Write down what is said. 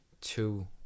two